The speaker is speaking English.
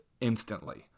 instantly